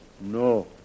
no